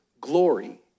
glory